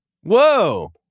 Whoa